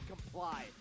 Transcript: comply